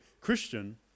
Christian